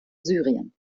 syrien